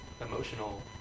emotional